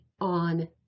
on